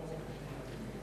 אמנון כהן, לא כאן.